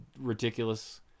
ridiculous